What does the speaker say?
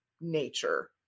nature